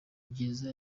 byiza